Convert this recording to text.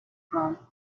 front